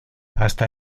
hasta